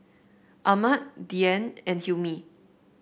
Ahmad Dian and Hilmi